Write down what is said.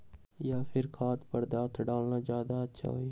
या फिर खाद्य पदार्थ डालना ज्यादा अच्छा होई?